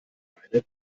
verrate